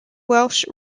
welsh